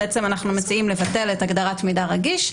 אנחנו מציעים לבטל את הגדרת "מידע רגיש",